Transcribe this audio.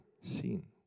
seen